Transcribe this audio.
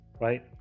right